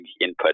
input